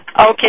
Okay